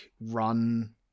run